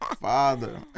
Father